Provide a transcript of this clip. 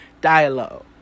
Dialogue